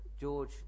George